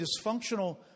dysfunctional